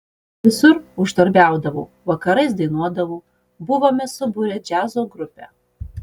visur uždarbiaudavau vakarais dainuodavau buvome subūrę džiazo grupę